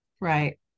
right